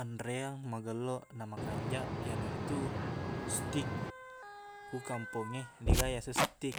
Anreang magello na makanjaq, iyanaritu steak. Ku kampongnge, deqga yaseng steak.